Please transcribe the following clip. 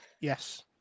yes